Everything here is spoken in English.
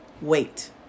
wait